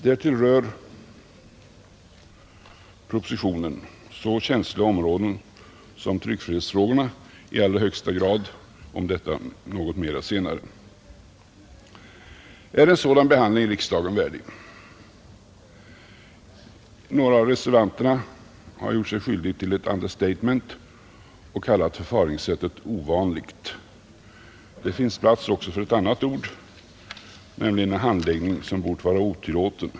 Därtill berör propositionen i allra högsta grad ett så känsligt område som tryckfrihetsfrågorna. Om detta något mera senare. Är en sådan behandling riksdagen värdig? Några av reservanterna har gjort sig skyldiga till ett understatement och har kallat förfaringssättet ovanligt. Det finns plats också för ett annat ord för handläggningen, nämligen att den bort vara otillåten.